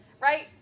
Right